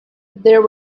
there